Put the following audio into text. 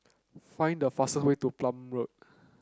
find the fastest way to Plumer Road